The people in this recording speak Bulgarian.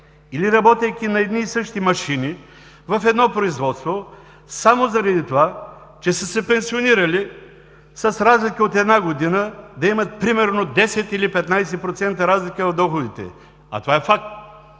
или работейки на едни и същи машини в едно производство, само заради това, че са се пенсионирали с разлика от една година, да имат примерно 10 или 15% разлика в доходите.“ А това е факт!